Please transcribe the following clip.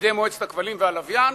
בידי מועצת הכבלים והלוויין.